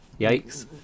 Yikes